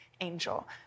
angel